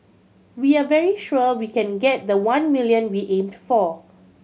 we are very sure we can get the one million we aimed for